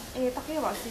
civic